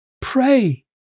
Pray